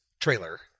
trailer